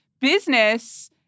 business